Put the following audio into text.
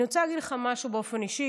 אני רוצה להגיד לך משהו באופן אישי,